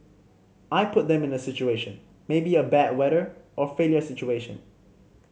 I put them in a situation maybe a bad weather or failure situation